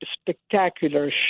spectacular